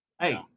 hey